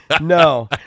No